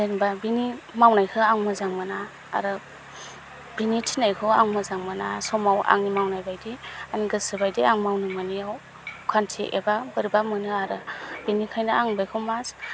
जेनबा बिनि मावनायखो आं मोजां मोना आरो बिनि थिननायखौ आं मोजां मोना समाव आं मावनाय बायदि आंनि गोसोबायदि आं मावनो मोनैयाव अखान्थि एबा बोरैबा मोनो आरो बेनिखाइनो आं बेखौ मा